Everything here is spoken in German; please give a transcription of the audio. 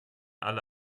alle